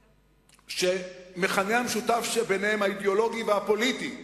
שהמכנה המשותף האידיאולוגי והפוליטי ביניהן,